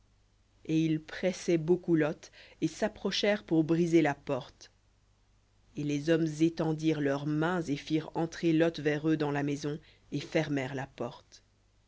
et ils pressaient beaucoup lot et s'approchèrent pour briser la porte et les hommes étendirent leurs mains et firent entrer lot vers eux dans la maison et fermèrent la porte